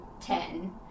ten